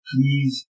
Please